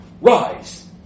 Rise